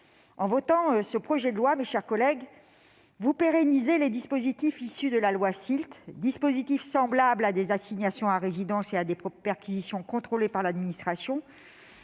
En votant ce projet de loi, mes chers collègues, vous pérenniserez les dispositifs issus de la loi SILT, c'est-à-dire des dispositifs semblables à des assignations à résidence et à des perquisitions contrôlées par l'administration